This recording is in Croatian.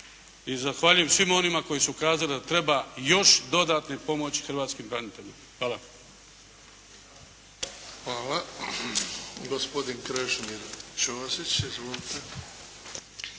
i zahvaljujem svima onima koji su kazali da treba još dodatne pomoći hrvatskim braniteljima. Hvala.